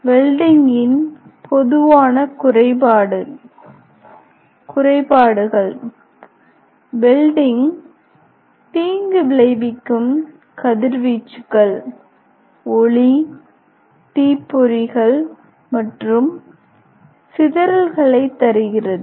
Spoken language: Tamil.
வெல்டிங்கின் பொதுவான குறைபாடு குறைபாடுகள் வெல்டிங் தீங்கு விளைவிக்கும் கதிர்வீச்சுகள் ஒளி தீப்பொறிகள் மற்றும் சிதறல்களைத் தருகிறது